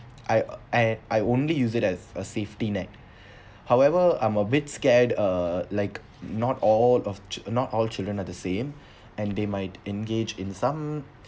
I uh I I only use it as a safety net however I'm a bit scared uh like not all of chil~ not all children are the same and they might engage in some